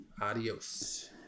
Adios